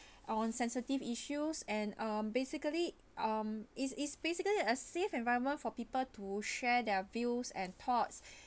on sensitive issues and uh basically um it's it's basically a safe environment for people to share their views and thoughts